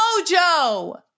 mojo